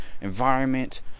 environment